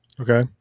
Okay